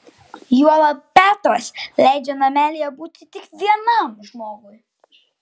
juolab petras leidžia namelyje būti tik vienam žmogui